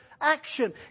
action